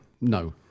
no